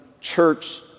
church